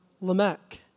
Lamech